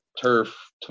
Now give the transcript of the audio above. turf